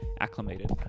acclimated